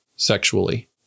sexually